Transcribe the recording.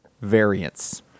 variance